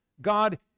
God